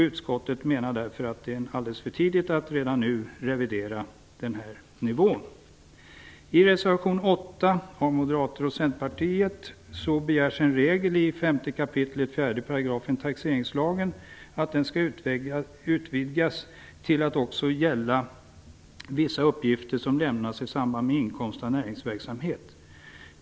Utskottet menar därför att det är alldeles för tidigt att redan nu revidera denna nivå. I reservation 8 från Moderaterna och Centerpartiet begärs att regeln i 5 kap. 4 § taxeringslagen skall vidgas till att också gälla vissa uppgifter som lämnas i samband med inkomst av näringsverksamhet.